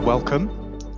Welcome